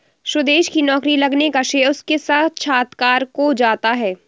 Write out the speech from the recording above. सुदेश की नौकरी लगने का श्रेय उसके साक्षात्कार को जाता है